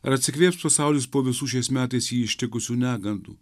ar atsikvėps pasaulis po visų šiais metais jį ištikusių negandų